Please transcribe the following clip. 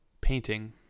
Painting